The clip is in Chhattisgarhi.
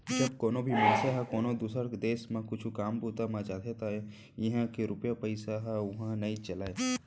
जब कोनो भी मनसे ह कोनो दुसर देस म कुछु काम बूता म जाथे त इहां के रूपिया पइसा ह उहां नइ चलय